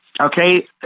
Okay